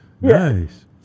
Nice